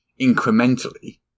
incrementally